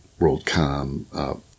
WorldCom